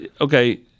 okay